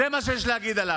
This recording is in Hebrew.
איך את יכולה להעריך אותו?